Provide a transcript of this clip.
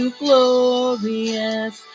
glorious